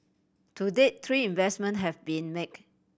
to date three investment have been make